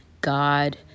God